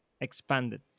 expanded